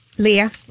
Leah